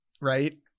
right